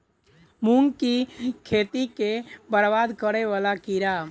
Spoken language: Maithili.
मूंग की खेती केँ बरबाद करे वला कीड़ा?